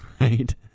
right